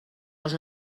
les